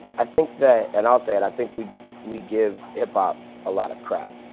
i think that, and i'll say it i think we we give hip hop a lot of crap.